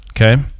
Okay